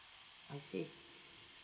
I see